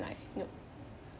like you know